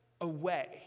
away